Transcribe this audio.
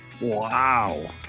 Wow